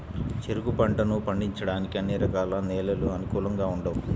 చెరుకు పంటను పండించడానికి అన్ని రకాల నేలలు అనుకూలంగా ఉండవు